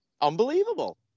unbelievable